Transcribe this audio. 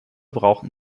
brauchten